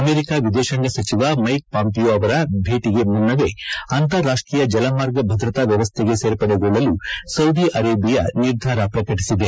America ವಿದೇಶಾಂಗ ಸಚಿವ Mike Pompeo ಅವರ ಭೇಟಿಗೆ ಮುನ್ತವೇ ಅಂತಾರಾಷ್ಟೀಯ ಜಲಮಾರ್ಗ ಭದ್ರತಾ ವ್ಯವಸ್ಥೆಗೆ ಸೇರ್ಪಡೆಗೊಳ್ಳಲು ಸೌದಿ ಅರೆಬಿಯಾ ನಿರ್ಧಾರ ಪ್ರಕಟಿಸಿದೆ